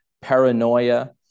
paranoia